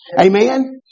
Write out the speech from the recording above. Amen